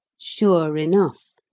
sure enough,